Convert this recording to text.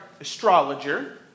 astrologer